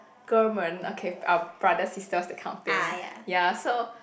哥儿们 okay uh brother sisters that kind of thing ya so